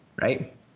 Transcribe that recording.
right